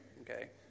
okay